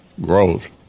growth